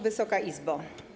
Wysoka Izbo!